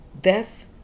death